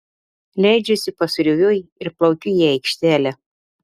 leidžiuosi pasroviui ir plaukiu į aikštelę